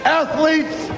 athletes